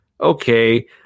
okay